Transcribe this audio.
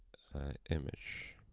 image,